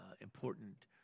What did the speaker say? important